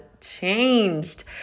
changed